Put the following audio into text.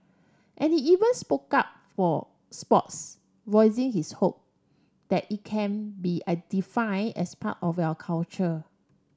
and he even spoke up for sports voicing his hope that it can be a define as part of our culture